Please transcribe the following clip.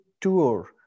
tour